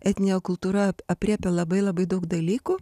etninė kultūra ap aprėpia labai labai daug dalykų